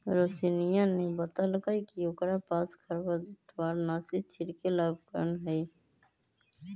रोशिनीया ने बतल कई कि ओकरा पास खरपतवारनाशी छिड़के ला उपकरण हई